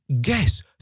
guess